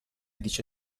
dice